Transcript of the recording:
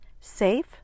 safe